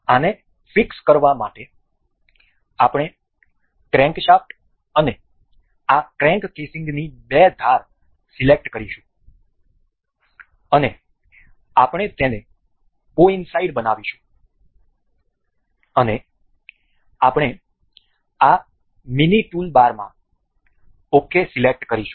તેથી આને ફિક્સ કરવા માટે આપણે ક્રેન્કશાફ્ટ અને આ ક્રેન્ક કેસીંગની બે ધાર સિલેક્ટ કરીશું અને આપણે તેને કોઈનસાઈડ બનાવીશું અને આપણે આ મીની ટૂલબારમાં ok સિલેક્ટ કરીશું